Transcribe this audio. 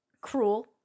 cruel